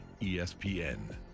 ESPN